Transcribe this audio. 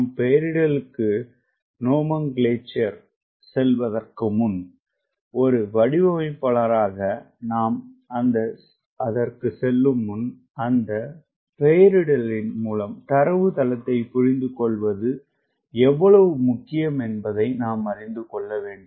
நாம் பெயரிடலுக்குச் செல்வதற்கு முன் ஒரு வடிவமைப்பாளராக நாம் அந்தச் செல்லுமுன் அந்த பெயரிடலின் மூலம் தரவுத்தளத்தைப் புரிந்துகொள்வது எவ்வளவு முக்கியம் என்பதை நாம் அறிந்து கொள்ள வேண்டும்